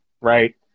right